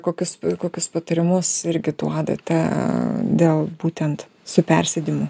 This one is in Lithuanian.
kokius kokius patarimus irgi duodate dėl būtent su persėdimu